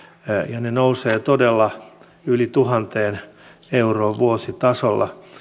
ja ne nousevat todella yli tuhanteen euroon vuositasolla